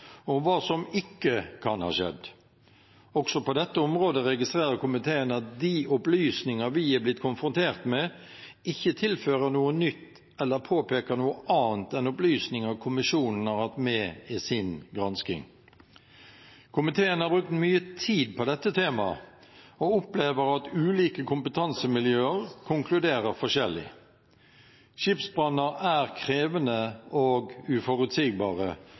om hva som ikke kan ha skjedd. Også på dette området registrerer komiteen at de opplysninger vi er blitt konfrontert med, ikke tilfører noe nytt eller påpeker noe annet enn opplysninger kommisjonen har hatt med i sin gransking. Komiteen har brukt mye tid på dette tema og opplever at ulike kompetansemiljøer konkluderer forskjellig. Skipsbranner er krevende og uforutsigbare,